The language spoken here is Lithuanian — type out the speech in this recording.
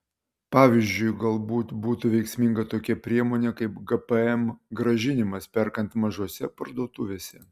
pavyzdžiui galbūt būtų veiksminga tokia priemonė kaip gpm grąžinimas perkant mažose parduotuvėse